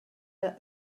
let